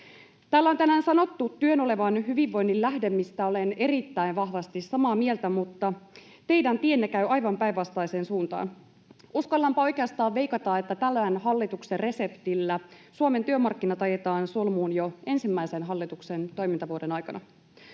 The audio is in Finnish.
Täällä on tänään sanottu työn olevan hyvinvoinnin lähde, mistä olen erittäin vahvasti samaa mieltä, mutta teidän tienne käy aivan päinvastaiseen suuntaan. Uskallanpa oikeastaan veikata, että tällä hallituksen reseptillä Suomen työmarkkinat ajetaan solmuun jo hallituksen ensimmäisen toimintavuoden aikana.